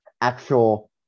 actual